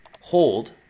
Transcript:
hold